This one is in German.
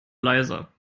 leiser